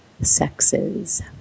sexes